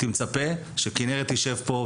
הייתי מצפה שכנרת תשב פה,